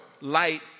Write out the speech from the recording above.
light